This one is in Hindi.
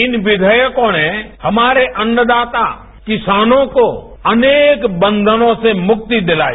इन विधेयकों ने हमारे अन्नदाता किसानों को अनेक बंधनों से मुक्ति दिलाई